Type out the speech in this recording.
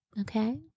Okay